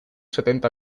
setenta